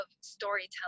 storytelling